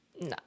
no